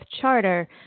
charter